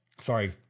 Sorry